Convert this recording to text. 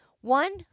one